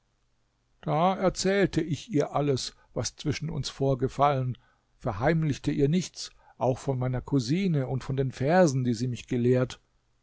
da erzählte ich ihr alles was zwischen uns vorgefallen verheimlichte ihr nichts auch von meiner cousine und von den versen die sie mich gelehrt